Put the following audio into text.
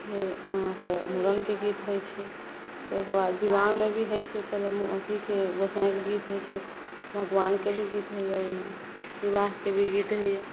फेर अहाँके मूड़नके गीत होइ छै ताहिके बाद विवाहमे भी होइ छै पहिले अथीके गोसाइँके गीत होइ छै भगवानके भी गीत होइए ओहिमे विवाहके भी गीत होइए